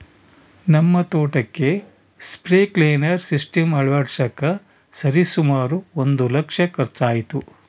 ನಮ್ಮ ತೋಟಕ್ಕೆ sprinkler system ಅಳವಡಿಸಕ ಸರಿಸುಮಾರು ಒಂದು ಲಕ್ಷ ಖರ್ಚಾಯಿತು